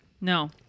No